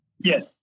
Yes